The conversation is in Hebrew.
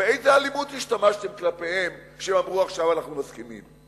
באיזו אלימות השתמשתם כלפיהם שהם אמרו: עכשיו אנחנו מסכימים?